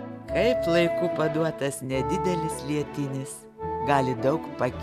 kaip laiku paduotas nedidelis lietinis gali daug pakeisti